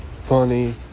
funny